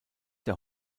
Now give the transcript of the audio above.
der